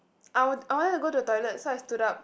I I want to go to the toilet so I stood up